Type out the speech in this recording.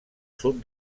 sud